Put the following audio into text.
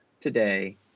today